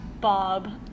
Bob